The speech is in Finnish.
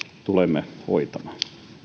tulemme hoitamaan